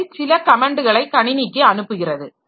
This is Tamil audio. அவை சில கமெண்டுகளை கணினிக்கு அனுப்புகிறது